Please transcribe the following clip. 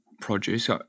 produce